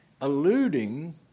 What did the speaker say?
alluding